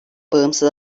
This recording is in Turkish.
bağımsız